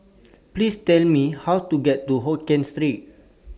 Please Tell Me How to get to Hokien Street